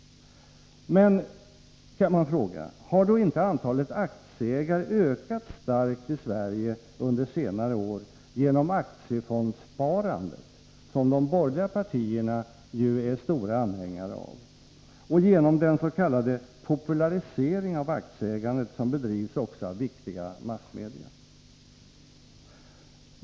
Men, kan man fråga, har då inte antalet aktieägare ökat starkt under senare år genom aktiefondssparandet, som de borgerliga partierna är varma anhängare av, och genom den s.k. popularisering av aktieägandet som bedrivs också av viktiga massmedia?